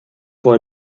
for